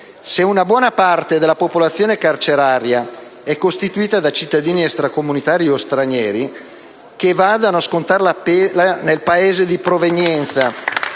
Se una buona parte della popolazione carceraria è costituita da cittadini extracomunitari o stranieri, che vadano a scontare la pena nel Paese di provenienza